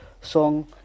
song